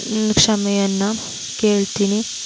ಕ್ಷಮೆಯನ್ನು ಕೇಳ್ತೀನಿ